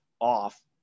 off